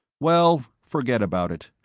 well, forget about it.